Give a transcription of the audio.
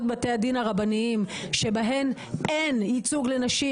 בתי הדין הרבניים שבהם אין ייצוג לנשים,